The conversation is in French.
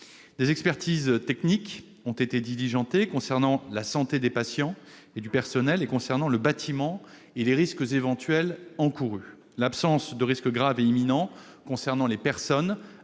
Des expertises techniques ont été diligentées concernant, d'une part, la santé des patients et du personnel, et, d'autre part, le bâtiment et les risques éventuels encourus. L'absence de risque grave et imminent pour les personnes